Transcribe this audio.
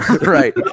Right